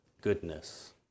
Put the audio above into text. goodness